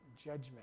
judgment